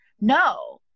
no